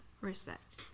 respect